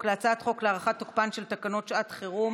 הצעת חוק לתיקון ולקיום תוקפן של תקנות שעת חירום